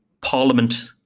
Parliament